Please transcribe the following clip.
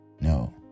No